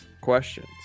questions